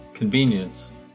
convenience